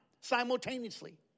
simultaneously